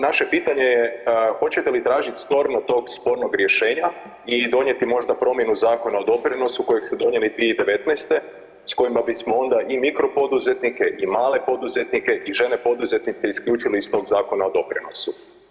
Naše pitanje je hoćete li tražit storno tog spornog rješenja i donijeti možda promjenu Zakona o doprinosu kojeg ste donijeli 2019. s kojima bismo onda i mikro poduzetnike i male poduzetnike i žene poduzetnice isključili iz tog Zakona o doprinosu?